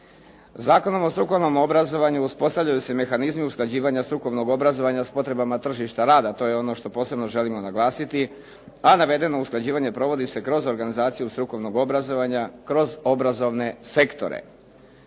Zakonom o strukovnom obrazovanju uspostavljaju se mehanizmi usklađivanja strukovnog obrazovanja s potrebama tržišta rada. to je ono što posebno želimo naglasiti, a navedeno usklađivanje provodi se kroz organizaciju strukovnog obrazovanja, kroz obrazovne sektore.